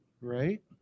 Right